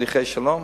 שליחי שלום?